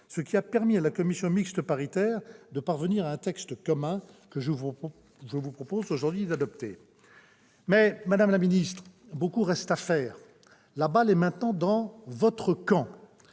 Ainsi, la commission mixte paritaire est parvenue à un texte commun, que je vous propose aujourd'hui d'adopter. Toutefois, madame la ministre, beaucoup reste à faire. La balle est maintenant dans votre camp.